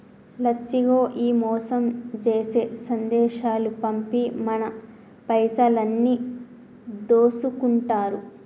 లచ్చిగో ఈ మోసం జేసే సందేశాలు పంపి మన పైసలన్నీ దోసుకుంటారు